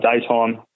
daytime